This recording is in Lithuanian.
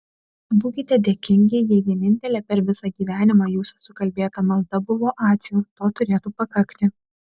būkite dėkingi jei vienintelė per visą gyvenimą jūsų sukalbėta malda buvo ačiū to turėtų pakakti